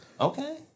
okay